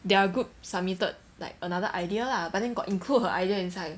their group submitted like another idea lah but then got include her idea inside